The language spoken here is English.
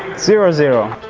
zero zero